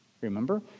Remember